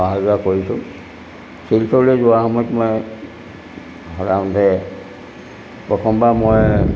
অহা যোৱা কৰিছোঁ শিলচৰলৈ যোৱা সময়ত মই সাধাৰণতে প্ৰথমবাৰ মই